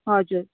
हजुर